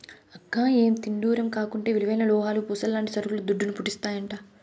అక్కా, ఎంతిడ్డూరం కాకుంటే విలువైన లోహాలు, పూసల్లాంటి సరుకులు దుడ్డును, పుట్టిస్తాయంట